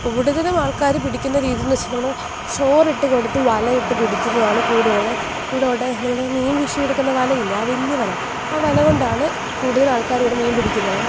കുടുതലും ആൾക്കാർ പിടിക്കുന്ന രീതിയെന്ന് വെച്ചാൽ നമ്മൾ ചോറിട്ടുകൊടുത്ത് വലയിട്ട് പിടിക്കുന്നതാണ് കൂടുതൽ അപ്പം ഇവിടോട്ട് നമ്മൾ മീൻ വീശിയെടുക്കുന്ന വലയില്ലേ ആ വലിയ വല ആ വലകൊണ്ടാണ് കൂടുതൽ ആൾക്കാരും ഇവിടെ മീൻപിടിക്കുന്നത്